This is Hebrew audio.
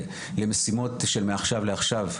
למשימות של מעכשיו לעכשיו,